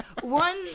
one